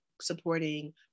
supporting